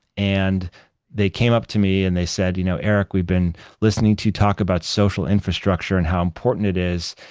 and they came up to me and they said, you know eric, we've been listening to you talk about social infrastructure and how important it is,